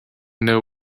know